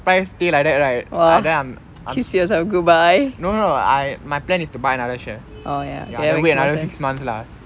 price still like that right uh then I'm sti~ no no I my plan is to buy another share then wait another six months lah